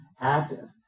active